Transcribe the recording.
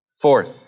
Fourth